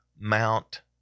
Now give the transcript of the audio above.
Mount